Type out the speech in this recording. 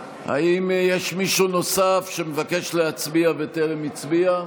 האם יש מישהו נוסף שמבקש להצביע וטרם הצביע?